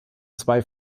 zwei